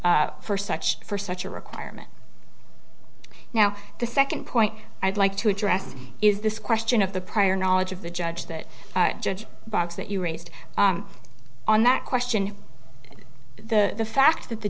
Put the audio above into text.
for such for such a requirement now the second point i'd like to address is this question of the prior knowledge of the judge that judge box that you raised on that question the fact that the